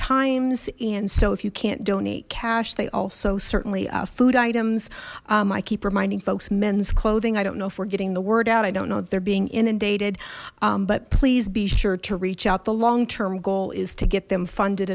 times and so if you can't donate cash they also certainly food items i keep reminding folks men's clothing i don't know if we're getting the word out i don't know that they're being inundated but please be sure to reach out the long term goal is to get them funded